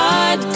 God